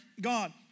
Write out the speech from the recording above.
God